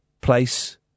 Place